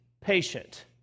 patient